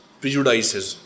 prejudices